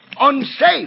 unsafe